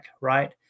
right